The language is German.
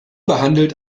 behandelt